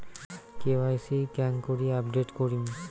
KYC কেঙ্গকরি update করিম?